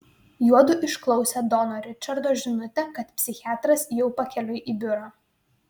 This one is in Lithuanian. juodu išklausė dono ričardo žinutę kad psichiatras jau pakeliui į biurą